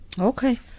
Okay